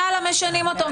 יאללה משנים אותו,